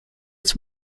its